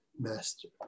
master